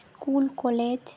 school college